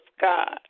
God